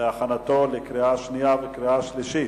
להכנתה לקריאה שנייה ולקריאה שלישית.